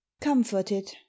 Comforted